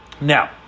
Now